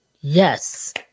Yes